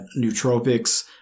nootropics